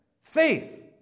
faith